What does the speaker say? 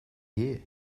here